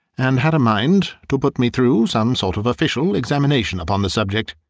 and had a mind to put me through some sort of official examination upon the subject.